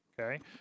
okay